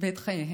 ואת חייהן.